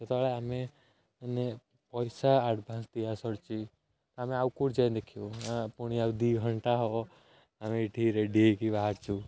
ସେତେବେଳେ ଆମେ ମାନେ ପଇସା ଆଡଭାନ୍ସ ଦିଆସରିଛି ଆମେ ଆଉ କୋଉଠି ଯାଇ ଦେଖିବୁ ପୁଣି ଆଉ ଦୁଇ ଘଣ୍ଟା ହେବ ଆମେ ଏଠି ରେଡି ହୋଇକି ବାହାରିଛୁ